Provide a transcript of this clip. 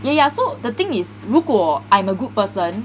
yeah yeah so the thing is 如果 I'm a good person